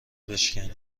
بشکنی